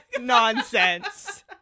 nonsense